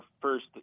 first